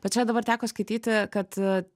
bet čia dabar teko skaityti kad